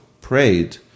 prayed